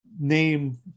name